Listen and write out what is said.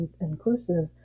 inclusive